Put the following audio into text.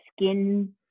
skin